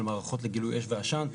על מערכות לגילוי אש ועשן.